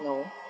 no